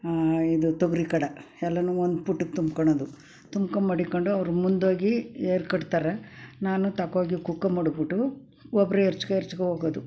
ಹಾಂ ಇದು ತೊಗರಿ ಕಡೆ ಎಲ್ಲನೂ ಒಂದು ಪುಟ್ಟಕ್ಕೆ ತುಂಬ್ಕೊಳ್ಳೋದು ತುಂಬ್ಕೊ ಮಡಿಕ್ಕೊಂಡು ಅವರ ಮುಂದೋಗಿ ಏರಿ ಕಟ್ತಾರೆ ನಾನು ತಕೊ ಹೋಗಿ ಕುಕ್ಕ ಮಡಗಿಬಿಟ್ಟು ಗೊಬ್ಬರ ಎರ್ಚ್ಕೊಂಡು ಎರ್ಚ್ಕೊಂಡು ಹೋಗೋದು